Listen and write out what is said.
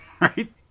right